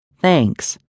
Thanks